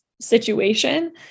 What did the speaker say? situation